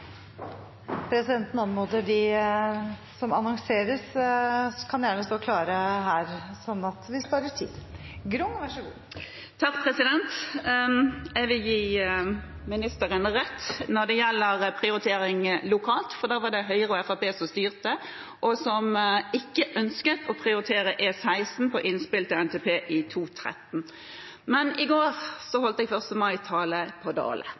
Jeg vil gi ministeren rett når det gjelder lokale prioriteringer, for der var det Høyre og Fremskrittspartiet som styrte, og som ikke ønsket å prioritere E16 etter innspill til NTP i 2013. I går holdt jeg 1. mai-tale på Dale.